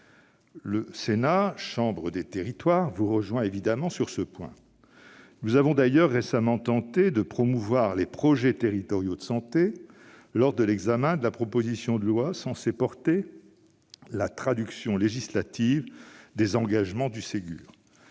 Le Sénat, chambre des territoires, vous rejoint évidemment sur ce point. Nous avons d'ailleurs récemment tenté de promouvoir les projets territoriaux de santé lors de l'examen de la proposition de loi censée porter la traduction législative des engagements du Ségur